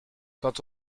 quand